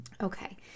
okay